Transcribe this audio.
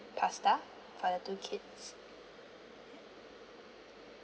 pasta for the two kids